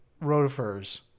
rotifers